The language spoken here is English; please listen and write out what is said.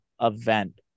event